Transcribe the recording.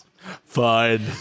fine